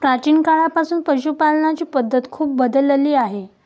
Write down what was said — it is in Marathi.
प्राचीन काळापासून पशुपालनाची पद्धत खूप बदलली आहे